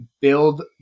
build